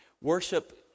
worship